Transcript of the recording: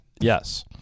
Yes